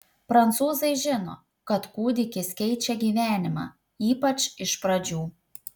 prancūzai žino kad kūdikis keičia gyvenimą ypač iš pradžių